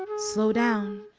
slow down.